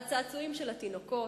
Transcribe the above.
על הצעצועים של התינוקות,